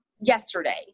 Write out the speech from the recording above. yesterday